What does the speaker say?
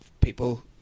people